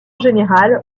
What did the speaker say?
général